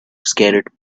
scattered